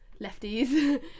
lefties